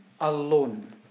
alone